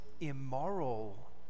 immoral